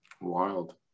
wild